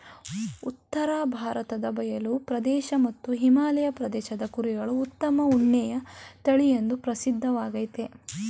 ಉತ್ತರ ಭಾರತ ಬಯಲು ಪ್ರದೇಶ ಮತ್ತು ಹಿಮಾಲಯ ಪ್ರದೇಶದ ಕುರಿಗಳು ಉತ್ತಮ ಉಣ್ಣೆಯ ತಳಿಎಂದೂ ಪ್ರಸಿದ್ಧವಾಗಯ್ತೆ